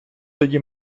тоді